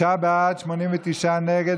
89 נגד.